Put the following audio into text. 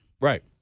Right